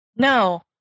no